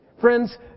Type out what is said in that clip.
Friends